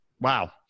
wow